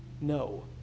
No